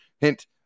hint